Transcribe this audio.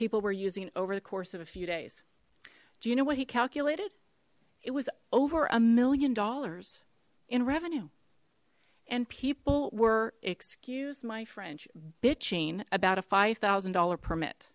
people were using over the course of a few days do you know what he calculated it was over a million dollars in revenue and people were excuse my french bitching about a five thousand dollars permit